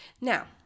now